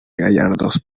gallardos